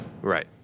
Right